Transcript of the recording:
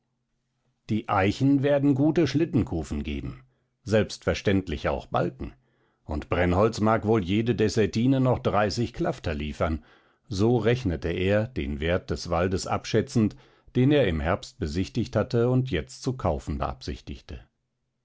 die eichen werden gute schlittenkufen geben selbstverständlich auch balken und brennholz mag wohl jede dessätine noch dreißig klafter liefern so rechnete er den wert des waldes abschätzend den er im herbst besichtigt hatte und jetzt zu kaufen beabsichtigte